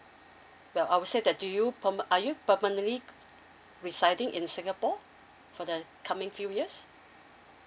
well I would say that do you perma~ are you permanently residing in singapore for the coming few years